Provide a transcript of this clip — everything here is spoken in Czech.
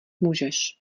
můžeš